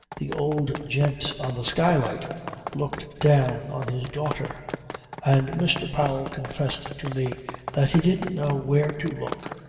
the old gent on the skylight looked down on his daughter and mr. powell confessed to me that he didn't know where to look,